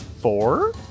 Four